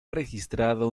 registrado